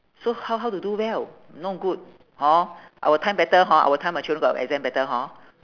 so how how to do well no good hor our time better hor our time the children got exam better hor